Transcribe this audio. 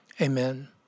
Amen